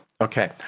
Okay